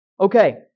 Okay